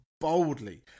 boldly